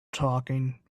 talking